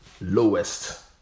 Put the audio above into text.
Lowest